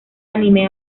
anime